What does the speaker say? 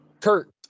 kurt